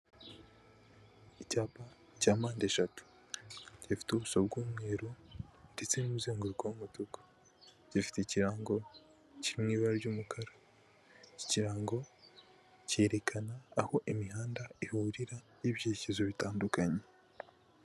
Icyapa cya mpandeshatu gifite ubuso bw'umweru ndetse n'umuzenguruko w'umutuku gifite ikirango kiri mu ibara ry'umukara. Ikirango cyerekana aho imihanda ihurira n'ibyerekezo bitandukanye.